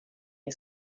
you